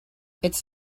its